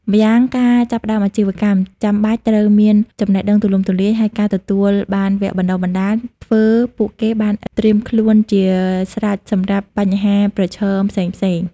ម្យ៉ាងការចាប់ផ្ដើមអាជីវកម្ម ចាំបាច់ត្រូវមានចំណេះដឹងទូលំទូលាយ ហើយការទទួលបានវគ្គបណ្តុះបណ្ដាល ធ្វើពួកគេបានត្រៀមខ្លួនជាស្រេចសម្រាប់បញ្ហាប្រឈមផ្សេងៗ។